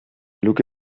look